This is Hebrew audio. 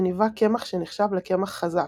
מניבה קמח שנחשב לקמח "חזק",